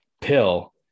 pill